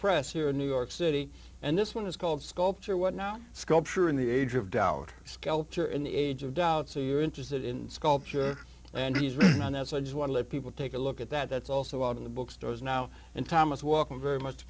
press here in new york city and this one is called sculpture what now sculpture in the age of doubt sculpture in the age of doubt so you're interested in sculpture and he's right on that so i just want to let people take a look at that that's also out in the bookstores now and thomas walking very much